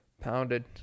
pounded